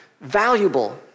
valuable